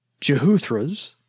Jehuthras